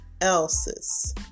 else's